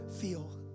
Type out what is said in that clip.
feel